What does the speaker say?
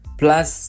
plus